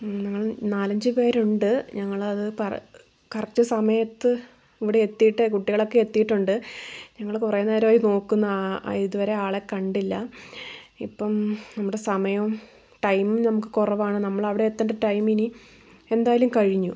ഞങ്ങൾ നാലഞ്ച് പേരുണ്ട് ഞങ്ങളത് കറക്റ്റ് സമയത്ത് ഇവിടെത്തിയിട്ട് കുട്ടികളൊക്കെ എത്തിയിട്ടുണ്ട് ഞങ്ങള് കുറെ നേരായി നോക്കുന്നു ഇതുവരെ ആളെ കണ്ടില്ല ഇപ്പം നമ്മുടെ സമയവും ടൈം നമുക്ക് കൊറവാണ് നമ്മളവിടെത്തണ്ട ടൈമിനിയും എന്തായാലും കഴിഞ്ഞു